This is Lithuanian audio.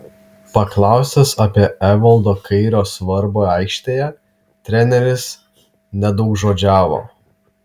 paklaustas apie evaldo kairio svarbą aikštėje treneris nedaugžodžiavo